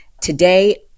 Today